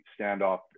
standoff